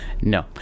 No